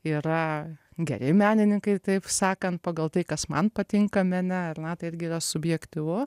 yra geri menininkai taip sakant pagal tai kas man patinka mene ar ne tai irgi yra subjektyvu